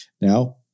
Now